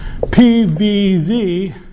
PVZ